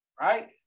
Right